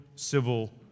civil